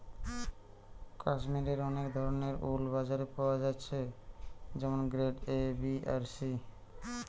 কাশ্মীরের অনেক ধরণের উল বাজারে পাওয়া যাইতেছে যেমন গ্রেড এ, বি আর সি